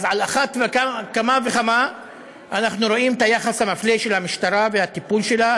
אז על אחת כמה וכמה אנחנו רואים את היחס המפלה של המשטרה והטיפול שלה,